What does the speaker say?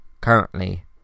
Currently